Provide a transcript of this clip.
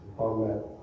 Amen